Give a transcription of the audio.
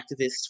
activists